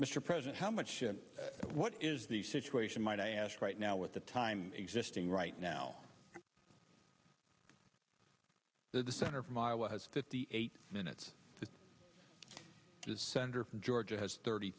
mr president how much what is the situation might i ask right now with the time existing right now the senator from iowa has fifty eight minutes to his senator from georgia has thirty